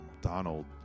Donald